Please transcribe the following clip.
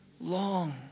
long